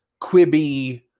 quibby